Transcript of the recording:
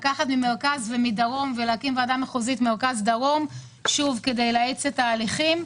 לקחת ממרכז ומדרום ולהקים ועדה מחוזית מרכז-דרום כדי להאיץ את ההליכים.